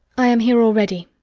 i am here already.